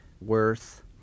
worth